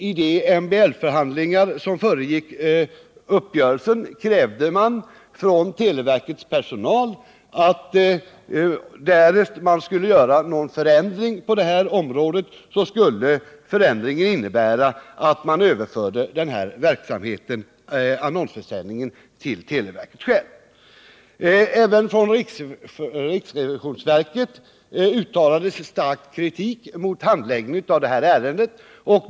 I de MBL-förhandlingar som föregick uppgörelsen krävde televerkets personal att därest man skulle göra någon förändring på detta område skulle förändringen innebära att man överförde annonsförsäljningen till televerket självt. Även från riksrevisionsverket uttalades stark kritik mot handläggningen av detta ärende.